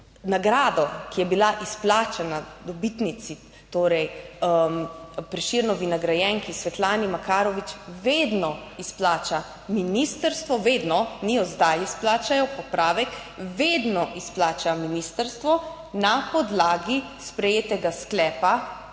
nagrado, ki je bila izplačana dobitnici, torej Prešernovi nagrajenki Svetlani Makarovič vedno izplača ministrstvo, vedno jo zdaj izplačajo, popravek vedno izplača ministrstvo na podlagi sprejetega sklepa